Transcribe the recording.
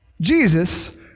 Jesus